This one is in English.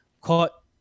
Caught